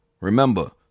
Remember